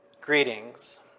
Greetings